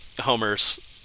Homer's